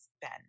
Ben